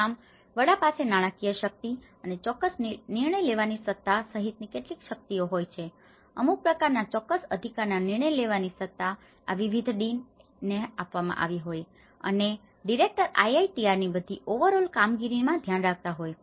આમ વડા પાસે નાણાકીય શક્તિ અને ચોક્કસ નિર્ણય લેવાની સત્તા સહિતની કેટલીક શક્તિઓ હોય છે અને અમુક પ્રકારના ચોક્કસ અધિકારના નિર્ણય લેવાની સત્તા આ વિવિધ ડીનને dean મંડળનો ઉપરી અધ્યક્ષ આપવામાં આવી હોય છે અને ડિરેક્ટર IITRની આ બધી કામગીરીમાં ધ્યાન રાખતા હોય છે